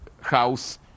house